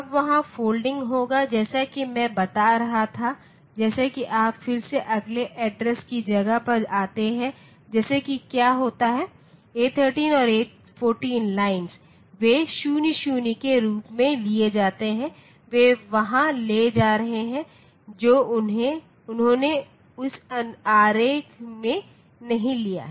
अब वहाँ फोल्डिंग होगा जैसा कि मैं बता रहा था जैसे कि आप फिर से अगले एड्रेस की जगह पर आते हैं जैसे कि क्या होता है A13 और A14 लाइन्स वे 00 के रूप में लिए जाते हैं वे वहां ले जा रहे हैं जो उन्होंने इस आरेख में नहीं लिया है